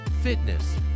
fitness